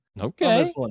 Okay